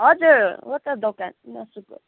हजुर हो त दोकान मासुको